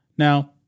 Now